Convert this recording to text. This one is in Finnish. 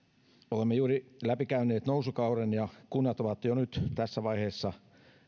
olemme juuri läpikäyneet nousukauden ja kunnat ovat jo nyt tässä vaiheessa